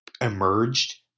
emerged